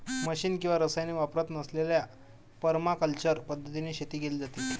machine किंवा रसायने वापरत नसलेल्या परमाकल्चर पद्धतीने शेती केली जाते